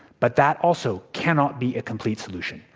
but that also cannot be a complete solution.